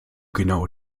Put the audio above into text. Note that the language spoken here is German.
genau